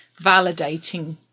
validating